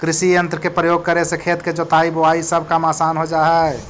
कृषियंत्र के प्रयोग करे से खेत के जोताई, बोआई सब काम असान हो जा हई